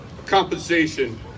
Compensation